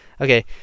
okay